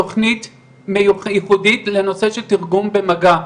תכנית ייחודית לנושא של תרשום למגע.